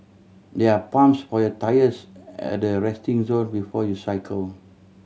there are pumps for your tyres at the resting zone before you cycle